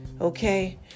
okay